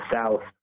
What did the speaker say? south